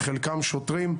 וחלקם שוטרים,